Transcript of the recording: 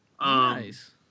Nice